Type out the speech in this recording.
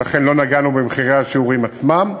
ולכן לא נגענו במחירי השיעורים עצמם.